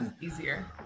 easier